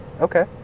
okay